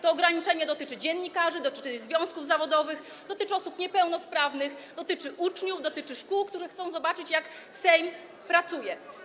To ograniczenie dotyczy dziennikarzy, dotyczy związków zawodowych, dotyczy osób niepełnosprawnych, dotyczy uczniów, dotyczy szkół, które chcą zobaczyć, jak Sejm pracuje.